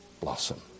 blossom